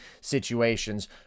situations